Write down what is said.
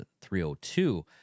302